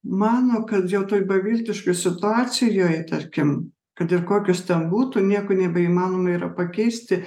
mano kad jau toj beviltiškoj situacijoj tarkim kad ir kokios ten būtų nieko nebeįmanoma yra pakeisti